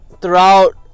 throughout